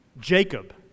Jacob